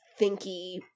thinky